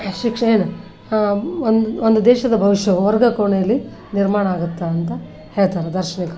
ಶಿಕ್ಷಕ ಏನು ಒಂದು ಒಂದು ದೇಶದ ಭವಿಷ್ಯವು ವರ್ಗ ಕೋಣೆಯಲ್ಲಿ ನಿರ್ಮಾಣ ಆಗುತ್ತೆ ಅಂತ ಹೇಳ್ತಾರೆ ದಾರ್ಶನಿಕರು